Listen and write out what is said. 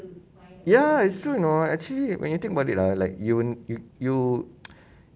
ya it's true you know actually when you think about it lah like you you you